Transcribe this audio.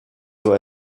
nur